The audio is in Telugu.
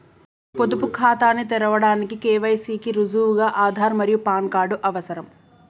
పొదుపు ఖాతాను తెరవడానికి కే.వై.సి కి రుజువుగా ఆధార్ మరియు పాన్ కార్డ్ అవసరం